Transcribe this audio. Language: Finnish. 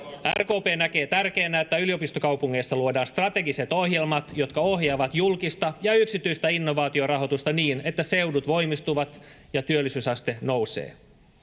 rkp näkee tärkeänä että yliopistokaupungeissa luodaan strategiset ohjelmat jotka ohjaavat julkista ja yksityistä innovaatiorahoitusta niin että seudut voimistuvat ja työllisyysaste nousee